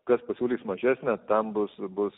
kas pasiūlys mažesnę tam bus bus